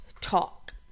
talk